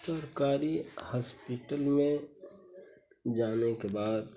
सरकारी हॉस्पिटल में जाने के बाद